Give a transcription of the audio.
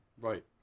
Right